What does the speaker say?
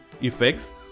effects